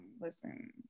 listen